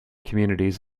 communities